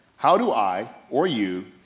how do i, or you,